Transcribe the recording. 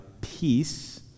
peace